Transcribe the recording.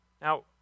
Now